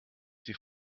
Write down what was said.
die